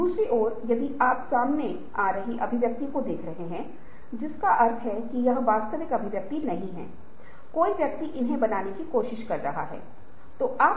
और एक सवाल यह है की अगर बदलाव किया जाता है तो क्या कंपनी उस बदलाव को बरकरार रख सकती है